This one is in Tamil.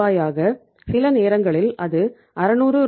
ஆக சில நேரங்களில் அது 600 ரூ